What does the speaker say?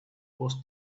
was